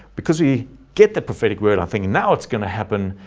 because we get the prophetic word, i think now it's going to happen.